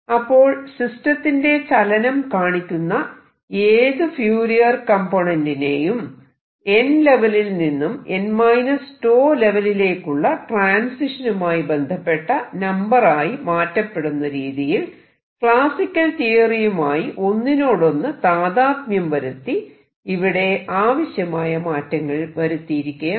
അപ്പോൾ സിസ്റ്റത്തിന്റെ ചലനം കാണിക്കുന്ന ഏതു ഫ്യൂരിയർ കംപോനെന്റിനെയും n ലെവലിൽ നിന്നും n τ ലെവലിലേക്കുള്ള ട്രാൻസിഷനുമായി ബന്ധപ്പെട്ട നമ്പർ ആയി മാറ്റപ്പെടുന്ന രീതിയിൽ ക്ലാസിക്കൽ തിയറിയുമായി ഒന്നിനോടൊന്നു താദാത്മ്യം വരുത്തി ഇവിടെ ആവശ്യമായ മാറ്റങ്ങൾ വരുത്തിയിരിക്കയാണ്